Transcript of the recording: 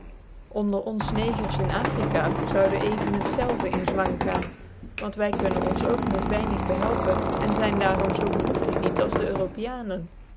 onder ons negers in africa zoude even het zelve in zwang gaan want wy kunnen ons ook met weinig behelpen en zyn daarom zoo behoeftig niet als dc europiancn